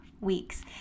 weeks